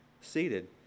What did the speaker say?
seated